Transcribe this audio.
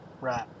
Right